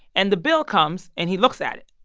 and the bill comes. and he looks at it.